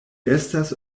estas